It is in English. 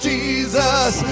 Jesus